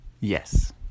Yes